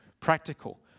practical